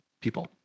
people